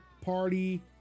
party